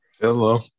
Hello